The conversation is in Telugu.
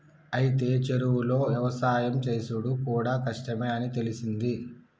అయితే చెరువులో యవసాయం సేసుడు కూడా కష్టమే అని తెలిసింది